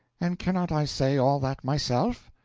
and cannot i say all that myself?